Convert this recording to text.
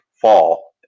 fall